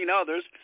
others